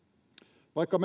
vaikka